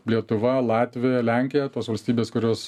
lietuva latvija lenkija tos valstybės kurios